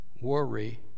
worry